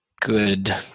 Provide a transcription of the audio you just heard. good